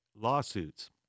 lawsuits